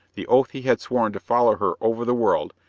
the oath he had sworn to follow her over the world,